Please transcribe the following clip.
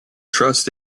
trust